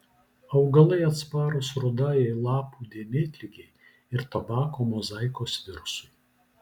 augalai atsparūs rudajai lapų dėmėtligei ir tabako mozaikos virusui